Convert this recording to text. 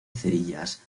cerillas